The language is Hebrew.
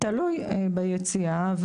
תלוי ביציאה.